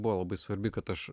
buvo labai svarbi kad aš